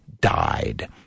died